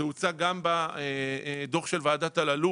זה הוצג גם בדוח של ועדת אלאלוף.